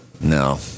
No